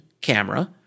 camera